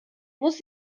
muss